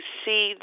see